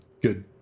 good